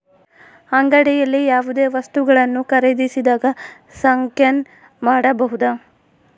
ಅಂಗಡಿಯಲ್ಲಿ ಯಾವುದೇ ವಸ್ತುಗಳನ್ನು ಖರೇದಿಸಿದಾಗ ಸ್ಕ್ಯಾನ್ ಮಾಡಬಹುದಾ?